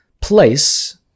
place